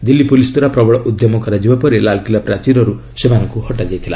ଦିଲ୍ଲୀ ପୁଲିସ୍ଦ୍ୱାରା ପ୍ରବଳ ଉଦ୍ୟମ କରାଯିବା ପରେ ଲାଲ୍କିଲ୍ଲା ପ୍ରାଚୀରରୁ ସେମାନଙ୍କୁ ହଟାଯାଇଥିଲା